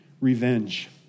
revenge